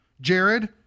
Jared